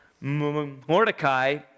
Mordecai